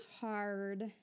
hard